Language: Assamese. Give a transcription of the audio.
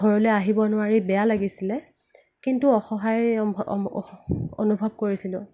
ঘৰলৈ আহিব নোৱাৰি বেয়া লাগিছিলে কিন্তু অসহায় অনুভৱ কৰিছিলোঁ